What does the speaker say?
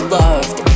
loved